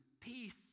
Peace